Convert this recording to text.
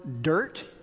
dirt